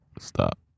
Stop